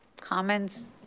comments